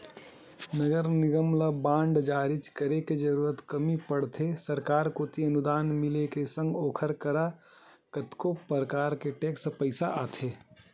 नगर निगम ल बांड जारी करे के जरुरत कमती पड़थे सरकार कोती अनुदान मिले के संग ओखर करा कतको परकार के टेक्स पइसा आथे